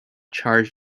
charge